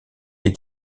ait